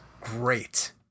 great